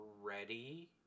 ready